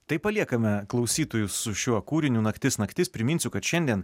tai paliekame klausytojus su šiuo kūriniu naktis naktis priminsiu kad šiandien